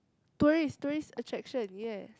tourist tourist attraction yes